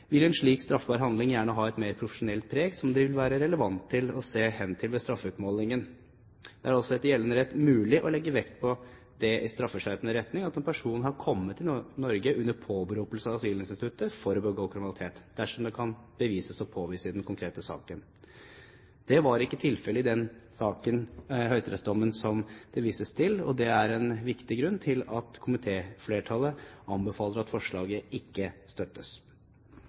vil en slik straffbar handling gjerne ha et mer profesjonelt preg som det vil være relevant å se hen til ved straffeutmålingen. Det er altså etter gjeldende rett mulig å legge vekt på i straffeskjerpende retning at en person har kommet til Norge under påberopelse av asylinstituttet for å begå kriminalitet, dersom dette kan påvises i den konkrete saken. Dette var ikke tilfellet i den høyesterettsdommen som det vises til, og det er en viktig grunn til at komitéflertallet anbefaler at forslaget ikke støttes.